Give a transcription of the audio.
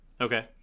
Okay